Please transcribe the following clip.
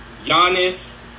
Giannis